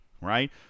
right